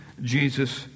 Jesus